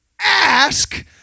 ask